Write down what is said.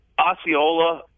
Osceola